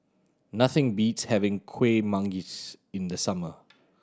nothing beats having Kuih Manggis in the summer